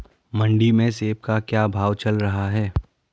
मंडी में सेब का क्या भाव चल रहा है?